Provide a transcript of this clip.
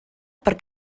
per